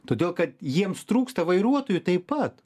todėl kad jiems trūksta vairuotojų taip pat